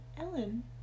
Ellen